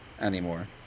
anymore